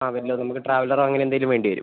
ആ വല്ല നമുക്ക് ട്രാവലറോ അങ്ങനെന്തേലും വേണ്ടിവരും